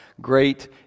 Great